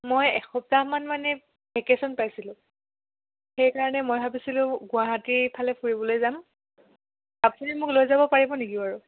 মই এসপ্তাহমান মানে ভেকেশ্যন পাইছিলোঁ সেইকাৰণে মই ভাবিছিলোঁ গুৱাহাটীৰ ফালে ফুৰিবলৈ যাম আপুনি মোক লৈ যাব পাৰিব নেকি বাৰু